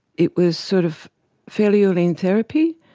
it was sort of fairly early in therapy,